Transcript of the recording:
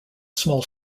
small